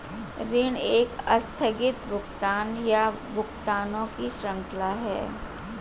ऋण एक आस्थगित भुगतान, या भुगतानों की श्रृंखला है